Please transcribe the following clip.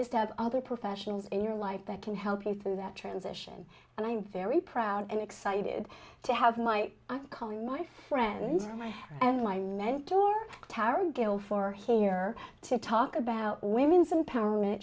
is to have other professionals in your life that can help you through that transition and i am very proud and excited to have my calling my friends my and my mentor tara gill for here to talk about women's empowerment